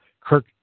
Kirk